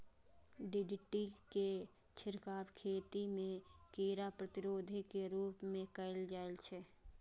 DDT के छिड़काव खेती मे कीड़ा प्रतिरोधी के रूप मे कैल जाइ छै